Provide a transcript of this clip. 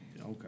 Okay